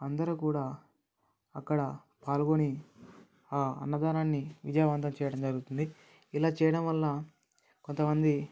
అందరు కూడా అక్కడ పాల్గొని ఆ అన్నదానాన్ని విజయవంతం చేయడం జరుగుతుంది ఇలా చేయడం వల్ల కొంతమంది